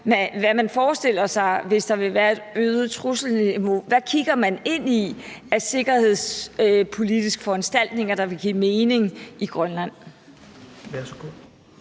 hvad man forestiller sig, hvis der vil være et øget trusselsniveau. Hvad kigger man ind i af sikkerhedspolitiske foranstaltninger, der vil give mening i Grønland?